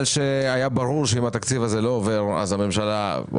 שהיה ברור שאם התקציב הזה לא עובר אז הכלכלה